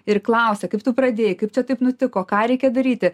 ir klausia kaip tu pradėjai kaip čia taip nutiko ką reikia daryti